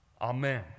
Amen